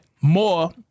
more